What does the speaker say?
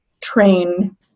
train